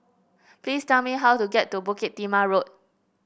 please tell me how to get to Bukit Timah Road